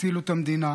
הצילו את המדינה.